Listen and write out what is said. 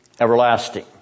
everlasting